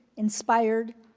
inspired,